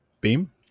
beam